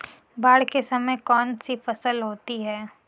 बाढ़ के समय में कौन सी फसल होती है?